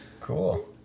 Cool